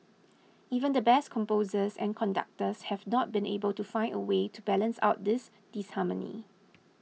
even the best composers and conductors have not been able to find a way to balance out this disharmony